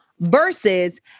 versus